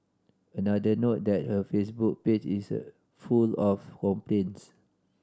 another note that her Facebook page is full of complaints